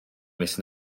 mis